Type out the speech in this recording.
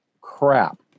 crap